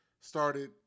started –